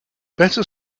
better